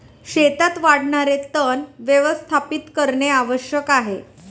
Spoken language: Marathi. शेतात वाढणारे तण व्यवस्थापित करणे आवश्यक आहे